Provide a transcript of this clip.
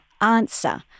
answer